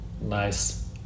nice